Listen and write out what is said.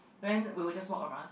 then we will just walk around